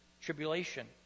tribulation